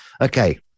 Okay